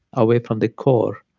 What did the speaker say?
away from the core,